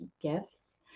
gifts